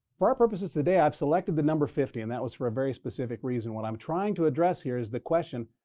for our purposes today, i have selected the number fifty, and that was for a very specific reason. what i'm trying to address here is the question,